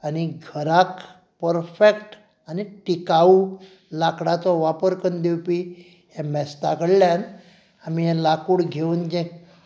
आनी घराक परफेक्ट आनी टिकाऊ लाकडाचो वापर करून दिवपी हें मेस्ता कडल्यान आमी हें लाकूड घेवन जें